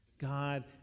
God